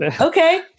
Okay